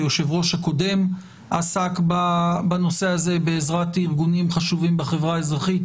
היושב-ראש הקודם עסק בנושא הזה בעזרת ארגונים חשובים בחברה האזרחית,